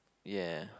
yeah